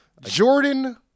Jordan